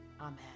Amen